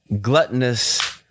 gluttonous